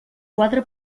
quatre